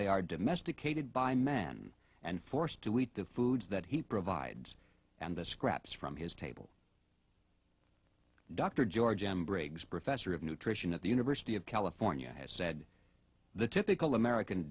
they are domesticated by man and forced to eat the foods that he provides and the scraps from his table dr george m briggs professor of nutrition at the university of california has said the typical american